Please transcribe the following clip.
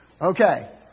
Okay